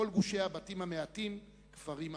כל גושי הבתים המעטים, כפרים ערבים.